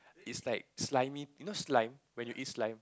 it's like slimy you know slime when you eat slime